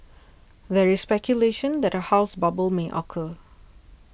there is speculation that a house bubble may occur